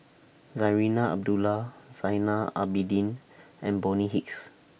Zarinah Abdullah Zainal Abidin and Bonny Hicks